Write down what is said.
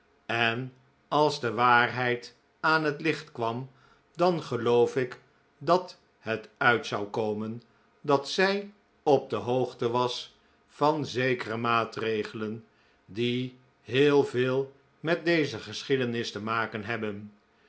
en als de waarheid aan het licht kwam dan geloof ik dat het uit zou komen dat zij op de hoogte was van zekere maatregelen die heel veel met deze geschiedenis te maken hebben